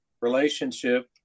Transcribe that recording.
relationship